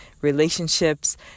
relationships